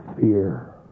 fear